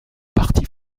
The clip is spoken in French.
parti